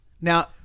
Now